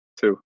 Two